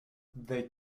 they